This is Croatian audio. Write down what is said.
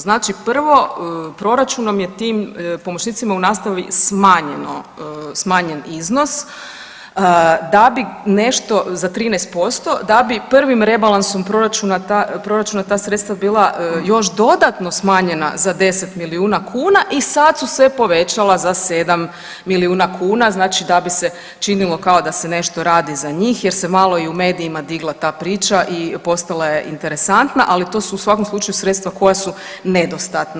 Znači prvo proračunom je tim pomoćnicima u nastavi smanjen iznos da bi nešto, za 13%, da bi prvim rebalansom proračuna ta sredstva bila još dodatno smanjena za 10 milijuna kuna i sad su se povećala za 7 milijuna kuna, znači da bi se činilo kao da se nešto radi za njih jer se malo i u medijima digla ta priča i postala je interesantna, ali to su u svakom slučaju sredstva koja su nedostatna.